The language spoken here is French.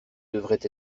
devrait